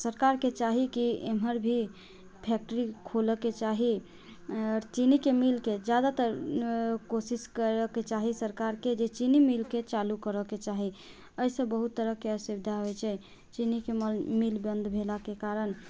सरकार के चाही कि इमहर भी फैक्ट्री खुलऽके चाही आओर चीनीके मीलके जादातर कोशिश करऽके चाही सरकारके जे चीनी मीलके चालू करऽके चाही अइसँ बहुत तरहके असुविधा होइ छै चीनीके मील बन्द भेलाके कारण